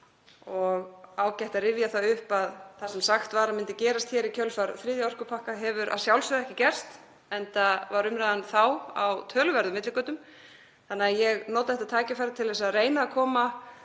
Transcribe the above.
er ágætt að rifja upp að það sem sagt var að myndi gerast í kjölfar þriðja orkupakka hefur að sjálfsögðu ekki gerst, enda var umræðan þá á töluverðum villigötum. Ég vil því nota þetta tækifæri til þess að reyna að koma